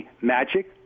Magic